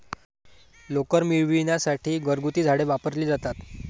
लोकर मिळविण्यासाठी घरगुती झाडे वापरली जातात